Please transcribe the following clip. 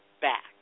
back